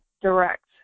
direct